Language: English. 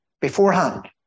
beforehand